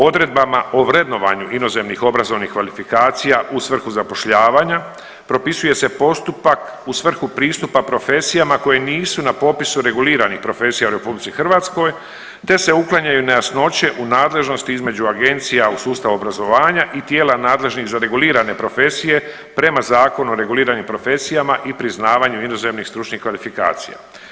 O odredbama o vrednovanju inozemnih obrazovnih kvalifikacija u svrhu zapošljavanja propisuje se postupak u svrhu pristupa profesijama koje nisu na popisu reguliranih profesija u Republici Hrvatskoj, te se uklanjaju nejasnoće u nadležnosti između agencija u sustavu obrazovanja i tijela nadležnih za regulirane profesije prema Zakonu o reguliranim profesijama i priznavanju inozemnih stručnih kvalifikacija.